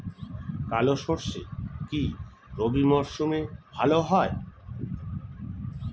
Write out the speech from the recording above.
কালো সরষে কি রবি মরশুমে ভালো হয়?